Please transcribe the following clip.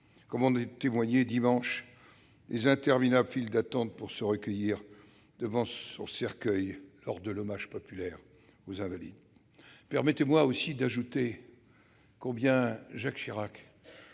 comme en ont témoigné, dimanche dernier, les interminables files d'attente pour se recueillir devant son cercueil, lors de l'hommage populaire aux Invalides. Permettez-moi de rappeler aussi combien Jacques Chirac